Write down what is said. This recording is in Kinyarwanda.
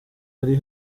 ari